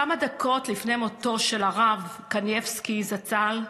כמה דקות לפני מותו של הרב קנייבסקי זצ"ל,